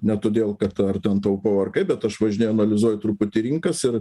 ne todėl kad ar ten taupau ar kaip bet aš važinėju analizuoju truputį rinkas ir